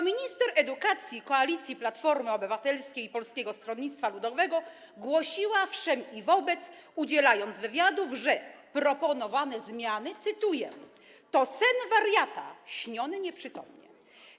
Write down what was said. Minister edukacji koalicji Platformy Obywatelskiej i Polskiego Stronnictwa Ludowego głosiła wszem i wobec, udzielając wywiadów, że proponowane zmiany, cytuję, to sen wariata śniony nieprzytomnie.